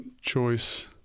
choice